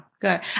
Good